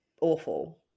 awful